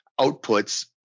outputs